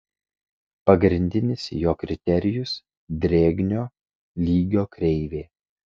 pagrindinis jo kriterijus drėgnio lygio kreivė